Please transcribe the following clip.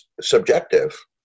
subjective